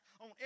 On